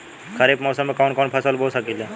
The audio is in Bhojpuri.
खरिफ मौसम में कवन कवन फसल बो सकि ले?